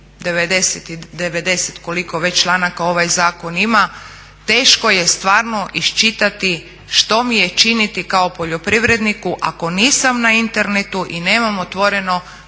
190 koliko već članaka ovaj zakon ima, teško je stvarno iščitati što mi je činiti kao poljoprivredniku ako nisam na internetu i nemam otvoreno